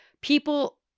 people